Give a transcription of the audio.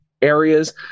areas